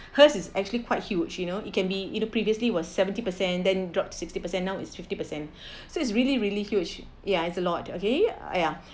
hers is actually quite huge you know it can be you know previously was seventy percent then dropped sixty percent now is fifty percent so it's really really huge ya it's a lot okay ya